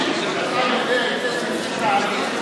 חבר הכנסת הורוביץ,